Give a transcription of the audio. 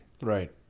Right